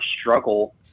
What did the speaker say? struggle